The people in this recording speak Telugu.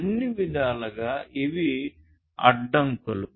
అన్ని విధాలుగా ఇవి అడ్డంకులు